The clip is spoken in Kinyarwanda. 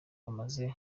bamaze